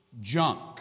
junk